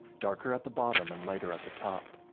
darker at the bottom and lighter at the top,